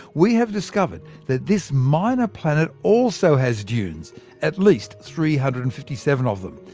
we have discovered that this minor planet also has dunes at least three hundred and fifty seven of them.